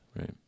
Right